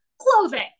clothing